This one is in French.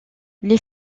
les